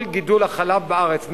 כל גידול החלב בארץ מפוקח,